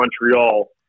Montreal